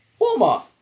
Walmart